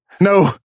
No